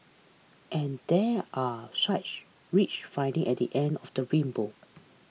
and there are rich finding at the end of the rainbow